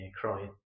crying